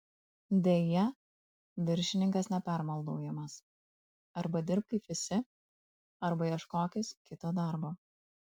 deja viršininkas nepermaldaujamas arba dirbk kaip visi arba ieškokis kito darbo